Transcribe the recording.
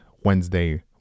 Wednesday